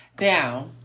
Now